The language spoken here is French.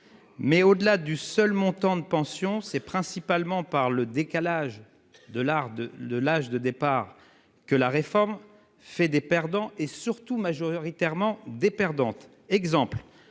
Mais au-delà du seul montant de pension c'est principalement par le décalage de l'art de de l'âge de départ que la réforme fait des perdants et surtout majoritairement des perdantes. Exemple,